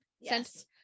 yes